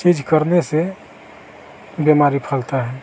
चीज करने से बीमारी फैलता है